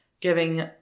giving